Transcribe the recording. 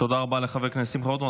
הכנסת רוטמן.